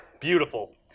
Beautiful